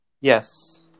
Yes